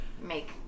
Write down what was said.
make